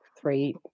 three